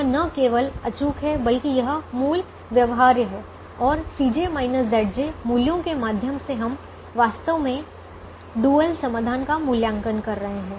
यह न केवल अचूक है बल्कि यह मूल व्यवहार्य है और मूल्यों के माध्यम से हम वास्तव में डुअल समाधान का मूल्यांकन कर रहे हैं